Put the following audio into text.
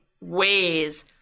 ways